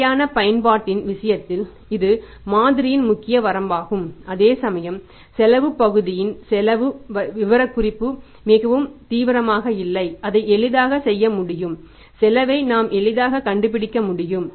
நிலையான பயன்பாட்டின் விஷயத்தில் இது மாதிரியின் முக்கிய வரம்பாகும் அதேசமயம் செலவு பகுதியின் செலவு விவரக்குறிப்பு மிகவும் தீவிரமாக இல்லை அதை எளிதாக செய்ய முடியும் செலவை நாம் எளிதாக கண்டுபிடிக்க முடியும்